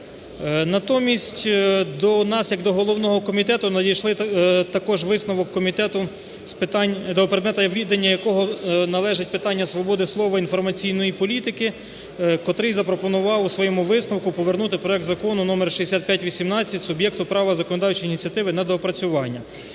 Натомість до нас як до головного комітету надійшли також висновок Комітету з питань... до предмета відання якого належать питання свободи слова, інформаційної політики, котрий запропонував у своєму висновку повернути проект Закону №6518 суб'єкту права законодавчої ініціативи на доопрацювання.